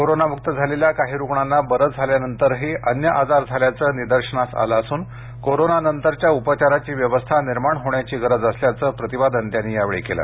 कोरोनामुक्त झालेल्या काही रुग्णांना बरे झाल्यानंतरही अन्य आजार झाल्याचं निदर्शनास आलं असून कोरोनानंतरच्या उपचाराची व्यवस्था निर्माण होण्याची गरज असल्याचं प्रतिपादन त्यांनी यावेळी केलं